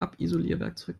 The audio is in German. abisolierwerkzeug